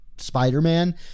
Spider-Man